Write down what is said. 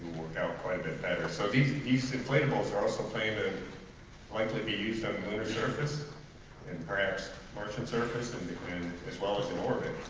kind of but and and so these and these inflatables also plan to likely be used on the lunar surface and perhaps martian surface and as well as in orbit.